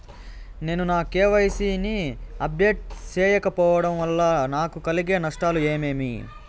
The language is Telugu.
నేను నా కె.వై.సి ని అప్డేట్ సేయకపోవడం వల్ల నాకు కలిగే నష్టాలు ఏమేమీ?